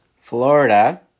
Florida